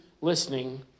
listening